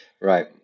Right